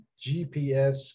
GPS